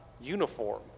uniform